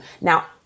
Now